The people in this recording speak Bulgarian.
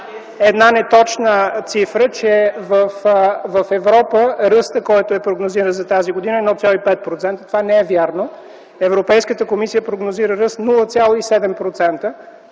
една неточна цифра, че в Европа ръстът, който е прогнозиран за тази година, е 1,5%. Това не е вярно. Европейската комисия прогнозира ръст 0,7%.